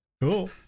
Cool